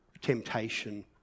temptation